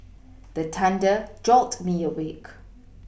the thunder jolt me awake